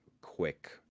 quick